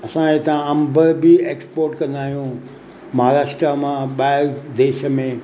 असां हितां अंब बि एक्सपोर्ट कंदा आहियूं महाराष्ट्रा मां ॿाहिरि देश में